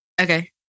okay